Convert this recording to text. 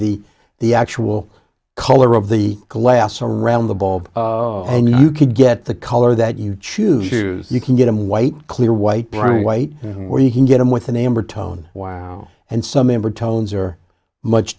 the the actual color of the glass around the bulb and you can get the color that you choose you can get them white clear white bright white where you can get them with an amber tone wow and some member tones are much